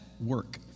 work